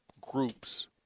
groups